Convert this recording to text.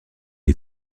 est